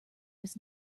was